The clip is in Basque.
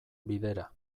bidera